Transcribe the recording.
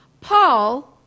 Paul